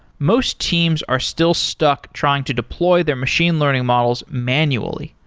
most teams are still stuck trying to deploy their machine learning models manually.